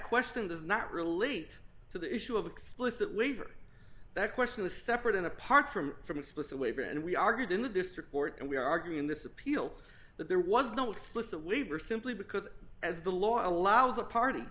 question does not relate to the issue of explicit waiver that question the separate and apart from from explicit waiver and we argued in the district court and we argued in this appeal that there was no explicit leiber simply because as the law allows the party